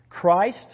Christ